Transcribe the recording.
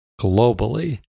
globally